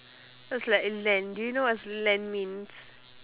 that's like lend do you know what's lend means